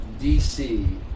DC